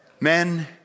Men